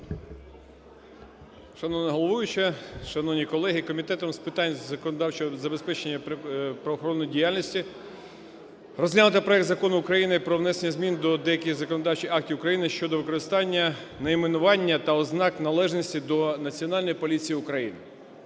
Шановна головуюча, шановні колеги! Комітет з питань законодавчого забезпечення правоохоронної діяльності розглянув проект Закону України про внесення змін до деяких законодавчих актів України щодо використання найменування та ознак належності до Національної поліції України